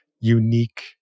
unique